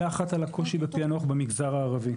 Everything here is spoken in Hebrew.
הקושי בפענוח במגזר הערבי.